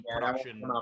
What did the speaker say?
production